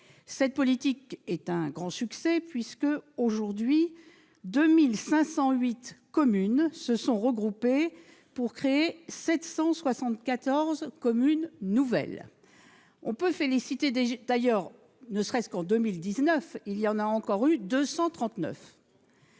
Cette politique est un grand succès puisque, aujourd'hui, 2 508 communes se sont regroupées pour créer 774 communes nouvelles. On peut s'en féliciter, ne serait-ce que parce qu'il y en a encore eu 239